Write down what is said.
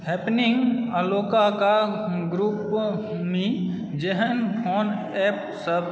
happening आ लोककेँ ग्रुपमे जेहन फोन ऐप सब